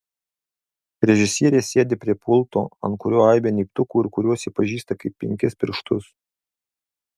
režisierė sėdi prie pulto ant kurio aibė mygtukų ir kuriuos ji pažįsta kaip penkis pirštus